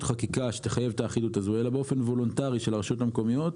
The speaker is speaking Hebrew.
חקיקה שתחייב את האחידות הזאת אלא באופן וולונטרי של הרשויות המקומיות,